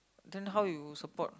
then how you support